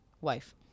wife